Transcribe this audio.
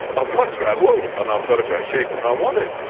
i've got to grow wool and i've got to grow sheep and i want to.